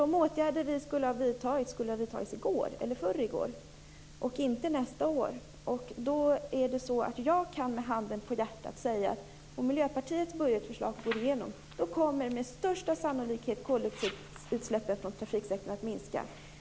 De åtgärder vi skulle ha vidtagit skulle ha vidtagits i går eller i förrgår, inte nästa år. Jag kan med handen på hjärtat säga att om Miljöpartiets budgetförslag går igenom kommer med största sannolikhet koldioxidutsläppen från trafiksektorn att minska.